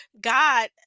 God